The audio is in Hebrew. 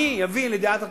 מי יביא לידיעת התושבים?